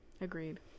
agreed